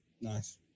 Nice